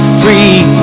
free